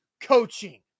coaching